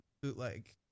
bootleg